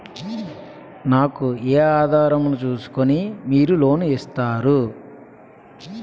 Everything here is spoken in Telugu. నాకు ఏ ఆధారం ను చూస్కుని మీరు లోన్ ఇస్తారు?